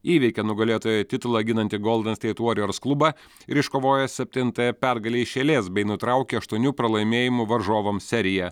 įveikė nugalėtojo titulą ginantį goldensteit vorjers klubą ir iškovojo septintąją pergalę iš eilės bei nutraukė aštuonių pralaimėjimų varžovams seriją